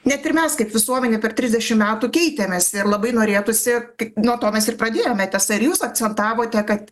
net ir mes kaip visuomenė per trisdešim metų keitėmės ir labai norėtųsi kaip nuo to mes ir pradėjome tiesa ir jūs akcentavote kad